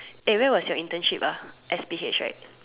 eh where was your internship ah S_P_H right